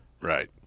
Right